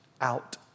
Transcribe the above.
out